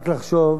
רק לחשוב